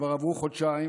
כבר עברו חודשיים,